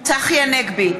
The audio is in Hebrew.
צחי הנגבי,